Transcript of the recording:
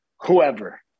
whoever